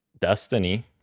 Destiny